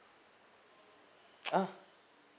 uh